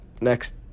Next